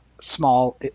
small